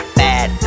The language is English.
bad